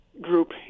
group